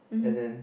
and then